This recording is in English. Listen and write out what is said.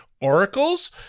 Oracles